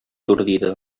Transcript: atordida